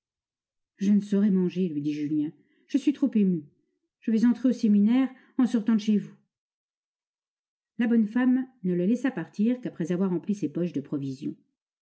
je ne saurais manger lui dit julien je suis trop ému je vais entrer au séminaire en sortant de chez vous la bonne femme ne le laissa partir qu'après avoir empli ses poches de provisions